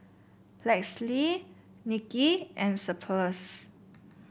Lexie Nikki and Cephus